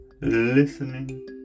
listening